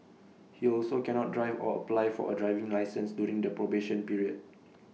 he also cannot drive or apply for A driving licence during the probation period